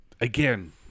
Again